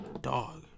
Dog